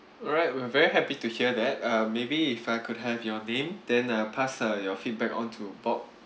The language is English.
all right we are very happy to hear that uh maybe if I could have your name then uh pass uh your feedback on to bob